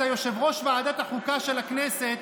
אתה יושב-ראש ועדת החוקה של הכנסת,